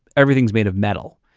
everything's made of metal,